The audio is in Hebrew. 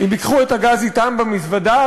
הם ייקחו את הגז אתם במזוודה,